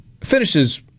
finishes